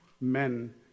men